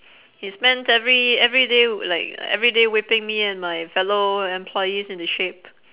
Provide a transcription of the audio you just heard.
he's spent every everyday w~ like everyday whipping me and my fellow employees into shape